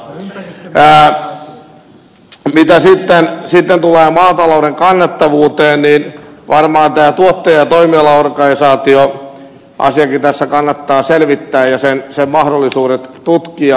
mitä sitten tulee maatalouden kannattavuuteen niin varmaan tuottaja ja toimialaorganisaatio asiakin tässä kannattaa selvittää ja sen mahdollisuudet tutkia